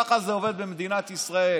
ככה זה עובד במדינת ישראל.